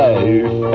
Life